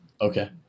Okay